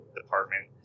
department